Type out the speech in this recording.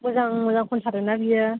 मोजां मोजां खनथारो ना बियो